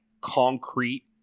concrete